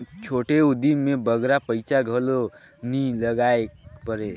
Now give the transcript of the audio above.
छोटे उदिम में बगरा पइसा घलो नी लगाएक परे